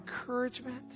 encouragement